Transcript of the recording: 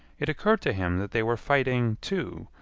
it occurred to him that they were fighting, too,